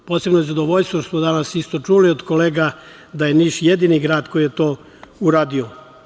Posebno je zadovoljstvo što smo danas isto čuli od kolega da je Niš jedini grad koji je to uradio.